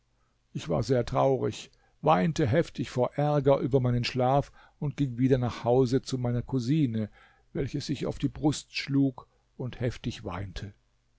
ich war sehr traurig weinte heftig vor ärger über meinen schlaf und ging wieder nach hause zu meiner cousine welche sich auf die brust schlug und heftig weinte